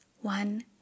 one